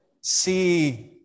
see